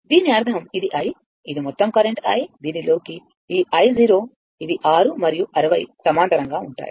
దీని అర్థం ఇది i ఇది మొత్తం కరెంట్ i దీని లోకి ఈ i ఇది 6 మరియు 60 సమాంతరంగా గా ఉంటాయి